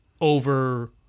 over